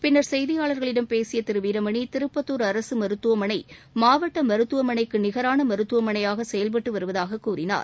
பின்னர் செய்தியாளர்களிடம் பேசிய திரு வீரமணி திருப்பத்தூர் அரசு மருத்துவமனை மாவட்ட மருத்துவமனைக்கு நிகரான மருத்துவமனையாக செயல்பட்டு வருவதாக கூறினார்